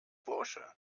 bursche